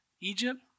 Egypt